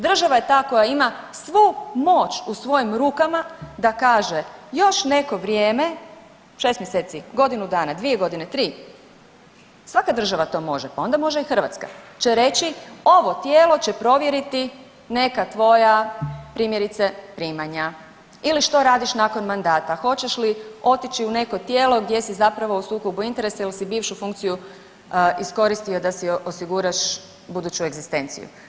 Država je ta koja ima svu moć u svojim rukama da kaže još neko vrijeme 6 mjeseci, godinu dana, 2 godine, 3, svaka država to može pa onda može i Hrvatska će reći ovo tijelo će provjeriti neka tvoja primjerice primanja ili što radiš nakon mandata, hoćeš li otići u neko tijelo gdje si zapravo u sukobu interesa jer si bivšu funkciju iskoristio da si osiguraš buduću egzistenciju.